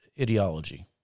ideology